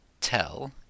tell